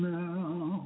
now